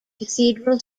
cathedral